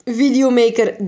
videomaker